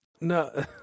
no